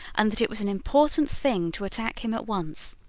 and that it was an important thing to attack him at once.